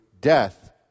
Death